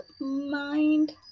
mind